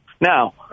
Now